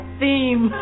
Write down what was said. theme